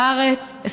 בארץ,